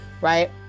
right